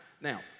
Now